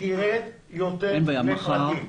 תרד יותר לפרטים.